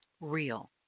real